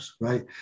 right